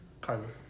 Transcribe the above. Carlos